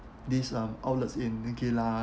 this um outlets in geylang